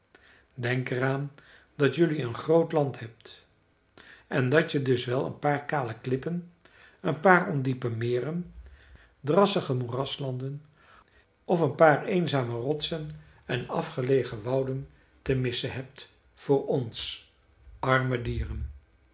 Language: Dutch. denk er aan dat jelui een groot land hebt en dat je dus wel een paar kale klippen een paar ondiepe meren drassige moeraslanden of een paar eenzame rotsen en afgelegen wouden te missen hebt voor ons arme dieren